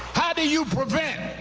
how do you prevent